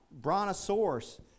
brontosaurus